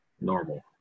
normal